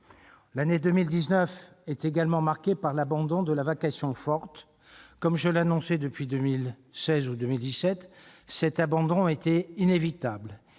L'année 2019 est également marquée par l'abandon de la vacation forte. Comme je l'annonçais depuis 2016, ce renoncement était inévitable.